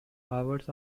hours